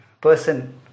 person